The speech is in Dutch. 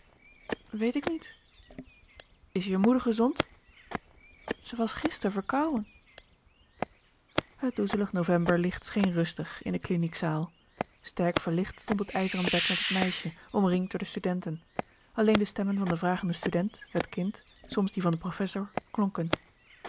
weet ik niet is je moeder gezond ze was gister verkouën het doezelig november licht scheen rustig in de kliniek zaal sterkverlicht stond het ijzeren bed met het meisje omringd door de studenten alleen de stemmen van den vragenden student het kind soms die van den professor klonken